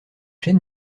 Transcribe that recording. chaîne